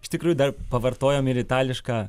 iš tikrųjų dar pavartojom ir itališką